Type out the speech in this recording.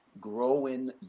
growing